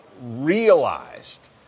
realized